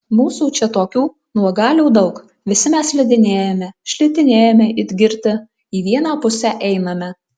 mūsų čia tokių nuogalių daug visi mes slidinėjame šlitinėjame it girti į vieną pusę einame